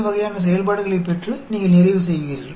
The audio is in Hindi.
अब हम कुछ और डिस्ट्रीब्यूशन को देखते हैं